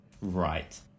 right